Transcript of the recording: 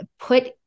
put